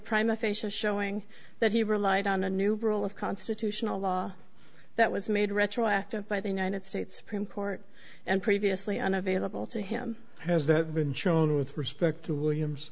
official showing that he relied on a new rule of constitutional law that was made retroactive by the united states supreme court and previously unavailable to him has that been shown with respect to williams